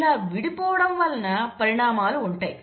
ఇలా విడిపోవడం వలన పరిణామాలు ఉంటాయి